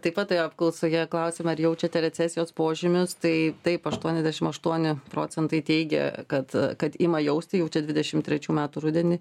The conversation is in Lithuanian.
taip pat toj apklausoje klausiama ar jaučiate recesijos požymius tai taip aštuoniasdešimt aštuoni procentai teigia kad kad ima jausti jau čia dvidešimt trečių metų rudenį